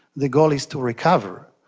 the goal is to recover.